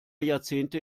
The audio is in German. jahrzehnte